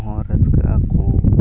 ᱩᱱᱠᱩ ᱦᱚᱸ ᱨᱟᱹᱥᱠᱟᱹᱜ ᱟᱠᱚ